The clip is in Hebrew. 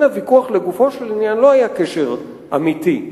הוויכוח לגופו של עניין לא היה קשר אמיתי,